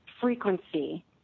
frequency